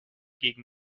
gegen